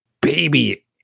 baby